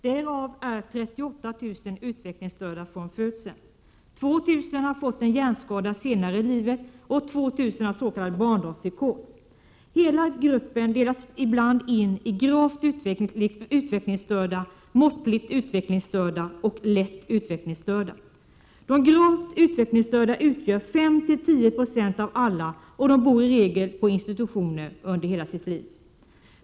Därav är 38 000 utvecklingsstörda från födseln, 2 000 har fått en hjärnskada senare i livet, och 2 000 har s.k. barndomspsykos. Hela gruppen delas ibland in i gravt utvecklingsstörda, måttligt utvecklingsstörda och lätt utvecklingsstörda. De gravt utvecklingsstörda utgör 5-10 2 av alla, och de bor i regel på institutioner under hela livet.